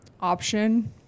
Option